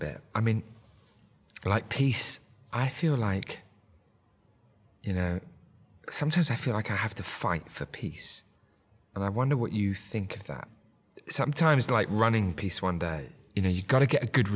bit i mean like pace i feel like you know sometimes i feel like i have to fight for peace and i wonder what you think that sometimes like running peace one day you know you've got to get a good